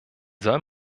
soll